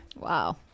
Wow